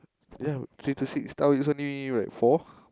ya three to six now it's only like four